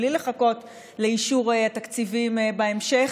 בלי לחכות לאישור התקציבים בהמשך,